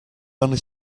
only